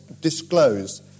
disclose